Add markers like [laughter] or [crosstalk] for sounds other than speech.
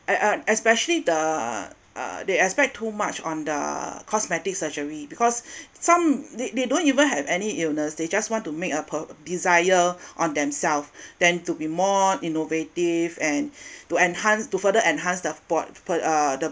and uh especially the uh they expect too much on the cosmetic surgery because [breath] some they they don't even have any illness they just want to make a pur~ desire on themself [breath] tend to be more innovative and [breath] to enhance to further enhance the pur~ uh the